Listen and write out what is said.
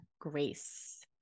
grace